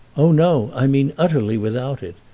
oh, no, i mean utterly without it.